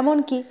এমন কি